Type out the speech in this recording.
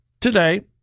today